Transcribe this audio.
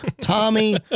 Tommy